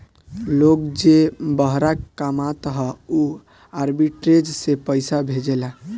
लोग जे बहरा कामत हअ उ आर्बिट्रेज से पईसा भेजेला